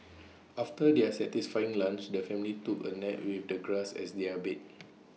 after their satisfying lunch the family took A nap with the grass as their bed